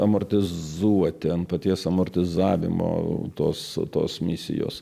amortizuoti ant paties amortizavimo tos tos misijos